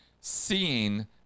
seeing